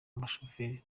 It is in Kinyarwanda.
umushoferi